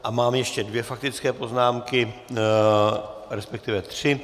A mám ještě dvě faktické poznámky, resp. tři.